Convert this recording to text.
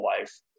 life